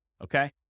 Okay